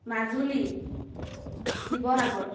Majuli Sivasagar